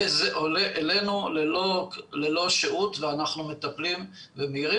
וזה עולה אלינו ללא שהות ואנחנו מטפלים ומעירים.